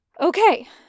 Okay